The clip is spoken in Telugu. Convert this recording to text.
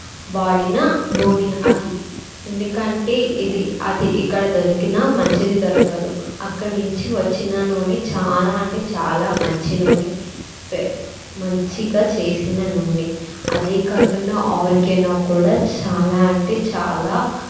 వాడిన నూనె అది ఎందుకంటే ఇది అది ఇక్కడ దొరికిన మంచిది దొరకదు అక్కడ్నించి వచ్చిన నూనె చాలా అంటే చాలా మంచి నూనె స్పె మంచిగా చేసిన నూనె అదే కాకుండా ఓరిగానో కూడా చాలా అంటే చాలా